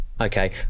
Okay